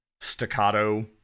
staccato